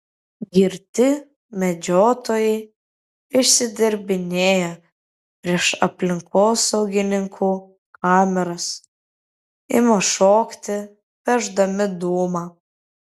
girti medžiotojai išsidirbinėja prieš aplinkosaugininkų kameras ima šokti pešdami dūmą